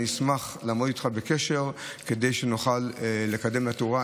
אני אשמח לעמוד איתך בקשר כדי שנוכל לקדם את התאורה.